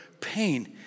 pain